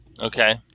Okay